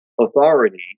authority